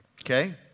okay